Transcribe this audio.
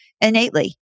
innately